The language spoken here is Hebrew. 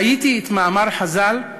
חייתי את מאמר חז"ל: